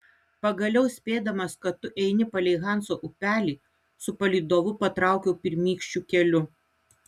pagaliau spėdamas kad tu eini palei hanso upelį su palydovu patraukiau pirmykščiu keliu